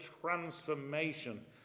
transformation